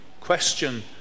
question